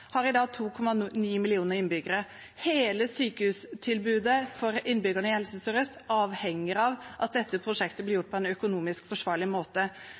har i dag 2,9 millioner innbyggere. Hele sykehustilbudet til innbyggerne i Helse Sør-Øst avhenger av at dette prosjektet blir gjort på en økonomisk forsvarlig måte.